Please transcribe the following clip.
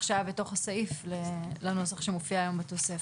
שהיה בתוך הסעיף לנוסח שמופיע היום בתוספת.